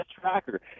tracker